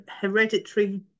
hereditary